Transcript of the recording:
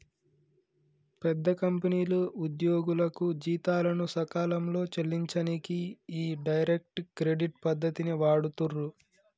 పెద్ద కంపెనీలు ఉద్యోగులకు జీతాలను సకాలంలో చెల్లించనీకి ఈ డైరెక్ట్ క్రెడిట్ పద్ధతిని వాడుతుర్రు